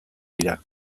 dira